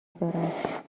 دارم